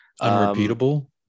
Unrepeatable